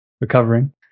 recovering